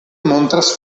montras